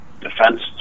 defense